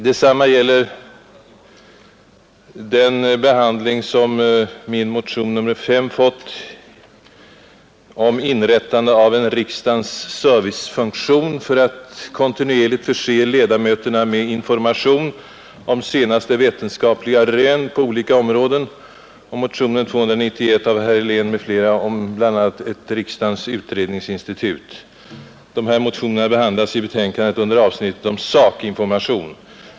Detsamma gäller behandlingen av min motion nr 5 i år om inrättande av en riksdagens servicefunktion för att kontinuerligt förse ledamöterna med information om senaste vetenskapliga rön på olika områden och motionen 291 av herr Helén m.fl. om bl.a. ett riksdagens utredningsinstitut. De här motionerna behandlas i betänkandet under avsnittet om sakinformation.